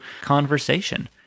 conversation